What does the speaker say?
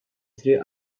triq